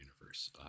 universe